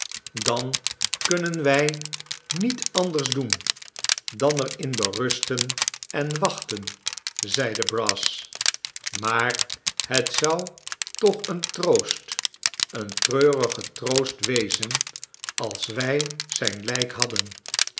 dan kunnen wij niet anders doen dan er in berusten en wachten zeide brass maar het zou toch een troost een treurige troost wezen als wij zijn lijk hadden